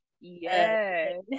Yes